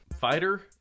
Fighter